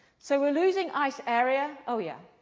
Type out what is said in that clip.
so we're losing ice area? oh, yeah.